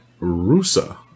Rusa